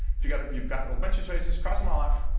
if you've got you've got a bunch of choices, cross them all off,